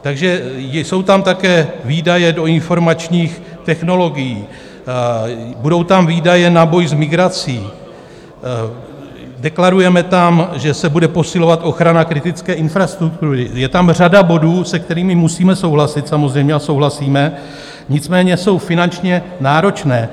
Takže jsou tam také výdaje do informačních technologií, budou tam výdaje na boj s migrací, deklarujeme tam, že se bude posilovat ochrana kritické infrastruktury, je tam řada bodů, s kterými musíme souhlasit samozřejmě a souhlasíme, nicméně jsou finančně náročné.